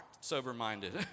sober-minded